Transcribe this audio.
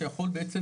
שיכול בעצם,